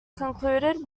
concluded